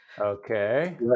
Okay